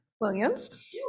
williams